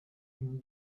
une